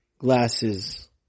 glasses